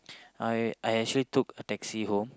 I I actually took a taxi home